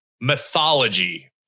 mythology